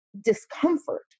discomfort